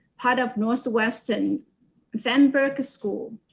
part of northwest and feinberg school.